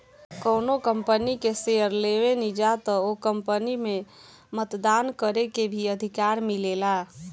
कौनो कंपनी के शेयर लेबेनिजा त ओ कंपनी में मतदान करे के भी अधिकार मिलेला